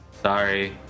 sorry